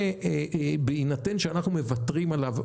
בהינתן שאנחנו מוותרים עליו,